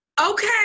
okay